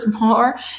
more